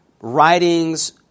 writings